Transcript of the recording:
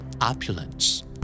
Opulence